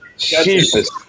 Jesus